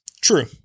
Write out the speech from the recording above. True